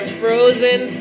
frozen